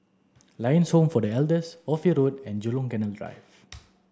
Lions Home for the Elders Ophir Road and Jurong Canal Drive